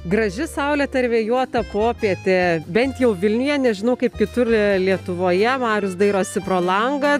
graži saulėta ir vėjuota popietė bent jau vilniuje nežinau kaip kitur lietuvoje marius dairosi pro langą